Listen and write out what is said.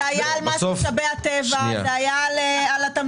זה היה על מס משאבי הטבע, זה היה על התמלוגים.